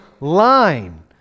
line